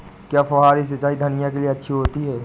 क्या फुहारी सिंचाई धनिया के लिए अच्छी होती है?